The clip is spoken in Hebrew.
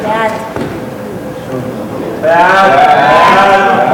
חוק שלילת תשלומים מחבר הכנסת ומחבר הכנסת לשעבר בשל עבירה,